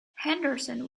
henderson